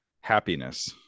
Happiness